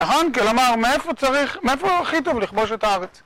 האנקל אמר מאיפה הוא הכי טוב לכבוש את הארץ